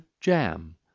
jam